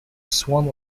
swan